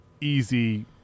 easy